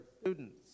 students